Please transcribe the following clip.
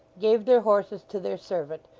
gave their horses to their servant,